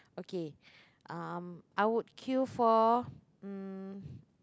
okay um I would queue for um